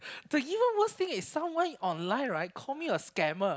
the you know worst thing is someone online right call me a scammer